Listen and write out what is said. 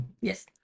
Yes